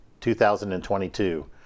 2022